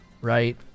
right